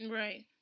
right